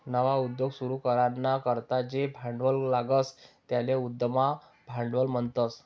नवा उद्योग सुरू कराना करता जे भांडवल लागस त्याले उद्यम भांडवल म्हणतस